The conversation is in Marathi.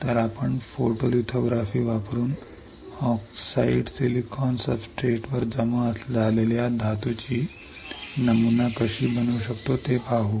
तर आपण फोटोलिथोग्राफी वापरून ऑक्साईड सिलिकॉन सब्सट्रेटवर जमा झालेल्या धातूची नमुना कशी बनवू शकतो ते पाहू